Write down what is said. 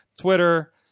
Twitter